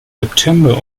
september